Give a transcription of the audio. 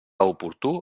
oportú